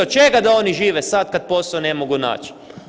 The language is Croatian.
Od čega da oni žive sad kad posao ne mogu naći?